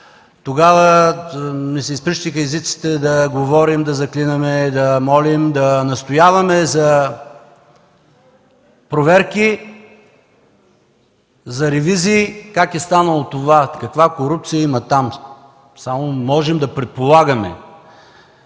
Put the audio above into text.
Тогава ни се изприщиха езиците да говорим, да заклинаме и да молим, да настояваме за проверки, за ревизии как е станало това, каква корупция има там. Само можем да предполагаме.